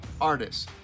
artists